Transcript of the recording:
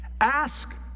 Ask